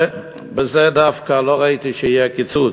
ובזה דווקא לא ראיתי שיהיה קיצוץ.